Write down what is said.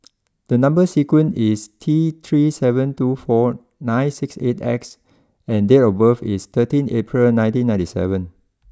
the number sequence is T three seven two four nine six eight X and date of birth is thirteen April nineteen ninety seven